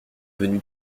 venu